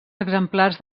exemplars